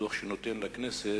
בדוח שהוא נותן לכנסת,